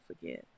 forget